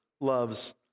loves